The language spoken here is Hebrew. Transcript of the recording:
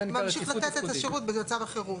ממשיך לתת את השירות במצב החירום.